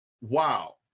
wow